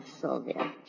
Sylvia